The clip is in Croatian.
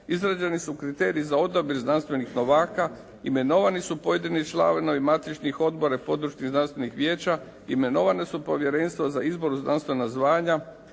izrađeni su kriteriji za odabir znanstvenih novaka, imenovani su pojedini članovi matičnih odbora i područnih znanstvenih vijeća, imenovana su povjerenstva za izbor u znanstvena zvanja,